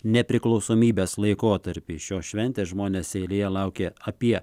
nepriklausomybės laikotarpį šios šventės žmonės eilėje laukė apie